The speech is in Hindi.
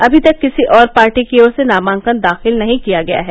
अभी तक किसी और पार्टी की ओर से नामांकन दाखिल नहीं किया गया है